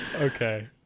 Okay